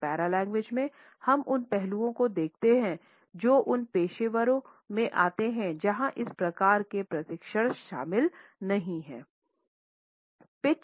लेकिन पैरालेंग्वेज में हम उन पहलुओं को देखते हैं जो उन पेशेवरों में आते हैं जहां इस प्रकार के प्रशिक्षण शामिल नहीं है